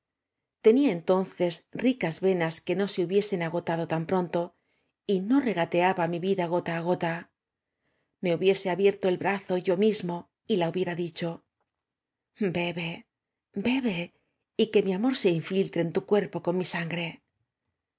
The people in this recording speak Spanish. entonces ricas venas que no se hu biesen agotado tan pronto y no regateaba mi vida gota á gota me hubiese abierto ei brazo yo mismo y ja hubiera dicho bebel bebe y que m í amor se inñltre en tu cnerpo con mi sangre